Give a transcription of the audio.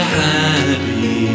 happy